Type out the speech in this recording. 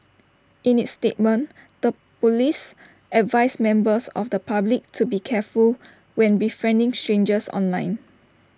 in its statement the Police advised members of the public to be careful when befriending strangers online